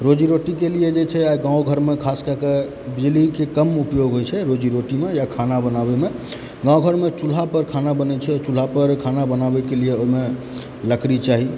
रोजी रोटीके लिए जे छै आइ गाँव घरमे खास कएकऽ बिजलीके कम उपयोग होइ छै रोजी रोटीमे या खाना बनाबयमे गाँव घरमे चूल्हा पर खाना बनैत छै चूल्हा पर खाना बनाबयके लिए ओहिमे लकड़ी चाही